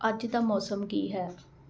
ਅੱਜ ਦਾ ਮੌਸਮ ਕੀ ਹੈ